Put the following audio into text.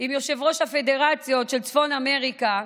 יושב-ראש הפדרציות של צפון אמריקה,